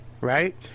Right